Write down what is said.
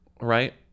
Right